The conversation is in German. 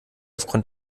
aufgrund